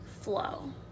flow